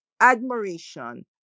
admiration